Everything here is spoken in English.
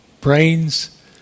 brains